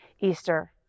Easter